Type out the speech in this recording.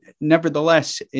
nevertheless